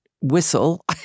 whistle